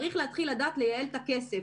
צריך להתחיל לדעת לייעל את הכסף.